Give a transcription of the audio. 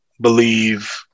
believe